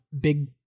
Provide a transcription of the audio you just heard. big